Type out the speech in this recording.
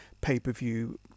pay-per-view